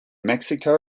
mexico